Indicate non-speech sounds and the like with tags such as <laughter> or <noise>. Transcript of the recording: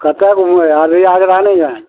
कतऽ घुमबय अहाँ <unintelligible> नइये